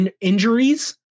injuries